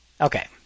Okay